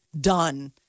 done